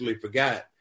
forgot